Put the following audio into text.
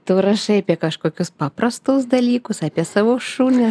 tu rašai apie kažkokius paprastus dalykus apie savo šunį